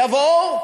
יבואו,